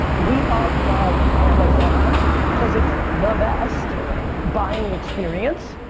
we all love amazon cause it's the best buying experience,